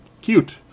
Cute